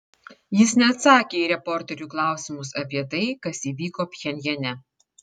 jis neatsakė į reporterių klausimus apie tai kas įvyko pchenjane